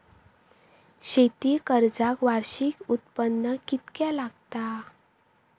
शेती कर्जाक वार्षिक उत्पन्न कितक्या लागता?